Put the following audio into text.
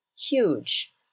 huge